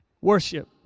worship